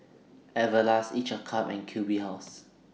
Everlast Each A Cup and Q B House